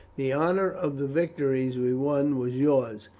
the honour of the victories we won was yours,